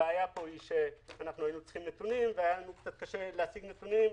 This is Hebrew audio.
הבעיה פה היא שהיינו צריכים נתונים והיה לנו קצת קשה להשיג נתונים.